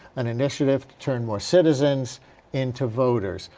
an initiative to turn more citizens into voters.